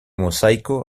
mosaico